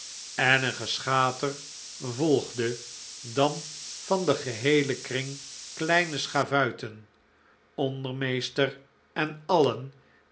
en een geschater volgde dan van den geheelen kring kleine schavuiten ondermeester en alien